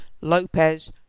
Lopez